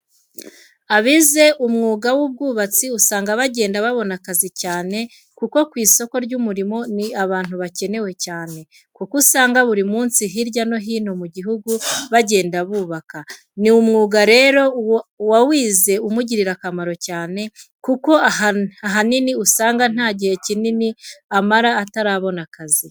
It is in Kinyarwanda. Abize umwuga w'ubwubatsi usanga bagenda babon akazi cyane kuko ku isoko ry'umurimo ni abantu bakenerwa cyane, kuko usanga buri munsi hirya no hino mu gihugu bagenda bubaka. Ni umwuga rero uwawize umugirira akamaro cyane kuko ahanini usanga nta gihe kinini amara atarabona akazi.